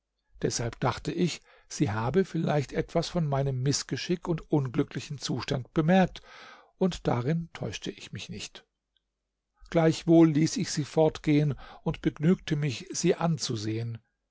deshalb dachte ich sie habe vielleicht etwas von meinem mißgeschick und unglücklichen zustand gemerkt und darin täuschte ich mich nicht gleichwohl ließ ich sie fortgehen und begnügte mich sie anzusehen